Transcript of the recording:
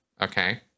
okay